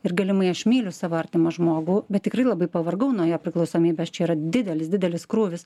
ir galimai aš myliu savo artimą žmogų bet tikrai labai pavargau nuo jo priklausomybės čia yra didelis didelis krūvis